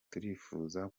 turifuza